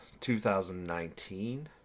2019